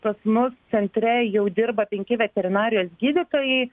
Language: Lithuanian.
pas mus centre jau dirba penki veterinarijos gydytojai